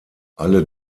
alle